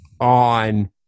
on